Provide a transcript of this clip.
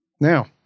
Now